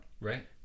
Right